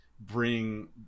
bring